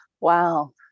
Wow